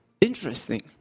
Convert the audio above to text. Interesting